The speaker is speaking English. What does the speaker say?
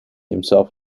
himself